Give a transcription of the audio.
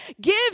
give